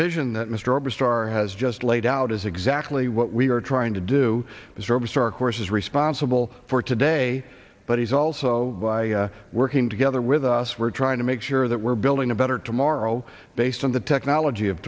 vision that mr oberstar has just laid out is exactly what we are trying to do is robust our course is responsible for today but he's also by working together with us we're trying to make sure that we're building a better tomorrow based on the technology of